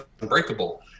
unbreakable